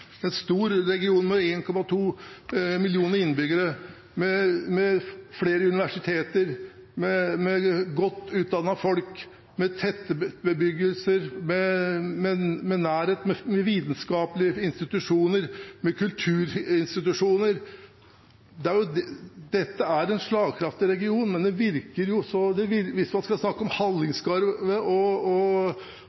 En stor region med 1,2 millioner innbyggere, med flere universiteter, med godt utdannede folk, med tettbebyggelser, med nærhet til vitenskapelige institusjoner, med kulturinstitusjoner: Dette er en slagkraftig region. Men hvis man skal snakke om